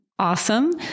Awesome